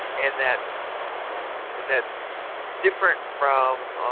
and that's that's different from